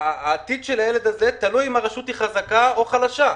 העתיד של הילד הזה תלוי אם הרשות היא חלשה או חזקה.